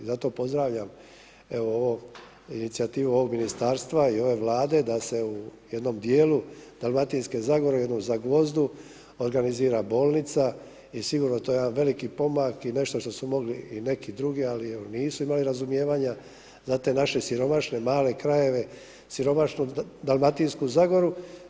Zato pozdravljam evo ovu inicijativu ovog Ministarstva i ove Vlade da se u jednom dijelu Dalmatinske zagore u jednom Zagvozdu organizira bolnica i sigurno je to jedan veliki pomak i nešto što su mogli i neki drugi, ali evo nisu imali razumijevanja za te naše male siromašne krajeve, siromašnu Dalmatinsku zagoru.